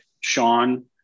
Sean